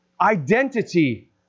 identity